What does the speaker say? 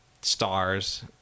stars